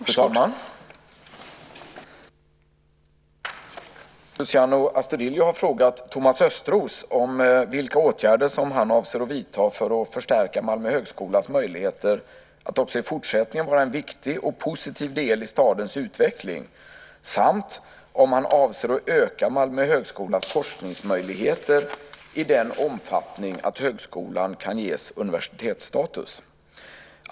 Fru talman! Luciano Astudillo har frågat Thomas Östros vilka åtgärder han avser att vidta för att förstärka Malmö högskolas möjligheter att också i fortsättningen vara en viktig och positiv del i stadens utveckling samt om han avser att öka Malmö högskolas forskningsmöjligheter i den omfattning att högskolan kan ges universitetsstatus.